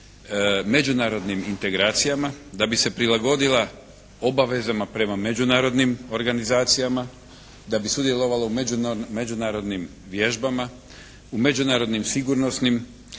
međunarodnim integracijama, da bi se prilagodila obavezama prema međunarodnim organizacijama, da bi sudjelovala u međunarodnim vježbama, u međunarodnim sigurnosnim akcijama